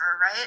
right